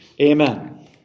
amen